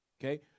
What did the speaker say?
Okay